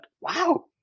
wow